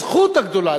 הזכות הגדולה,